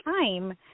time